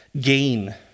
gain